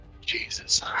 jesus